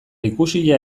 ikusia